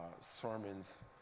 sermons